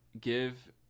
give